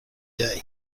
day